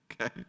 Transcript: okay